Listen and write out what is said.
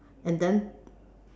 and then